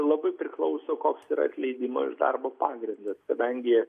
labai priklauso koks yra atleidimo iš darbo pagrindas kadangi